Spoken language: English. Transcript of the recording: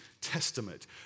Testament